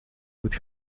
moet